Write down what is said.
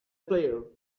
player